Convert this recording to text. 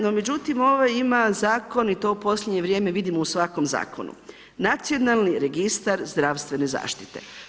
No međutim ovaj ima zakon i to u posljednje vrijeme u svakom zakonu nacionalni registar zdravstvene zaštitite.